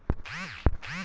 RTGS काय रायते?